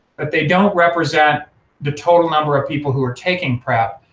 but they don't represent the total number of people who are taking prep,